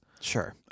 Sure